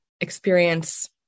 experience